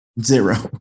Zero